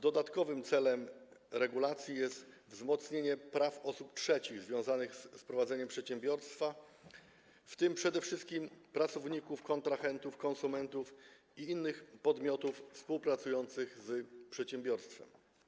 Dodatkowym celem regulacji jest wzmocnienie praw osób trzecich związanych z prowadzeniem przedsiębiorstwa, w tym przede wszystkim pracowników, kontrahentów, konsumentów i innych podmiotów współpracujących z przedsiębiorstwem.